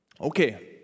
okay